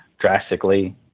drastically